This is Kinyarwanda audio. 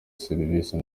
serivisi